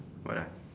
what uh